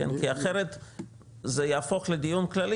כי אחרת זה יהפוך לדיון כללי,